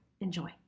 Enjoy